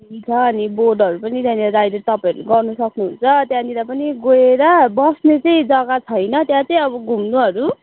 अन्त बोटहरू पनि त्यहाँनिर त अहिले तपाईँहरू गर्नु सक्नुहुन्छ त्यहाँनिर पनि गएर बस्ने चाहिँ जग्गा छैन त्यहाँ चाहिँ अब घुम्नुहरू